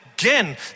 again